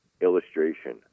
illustration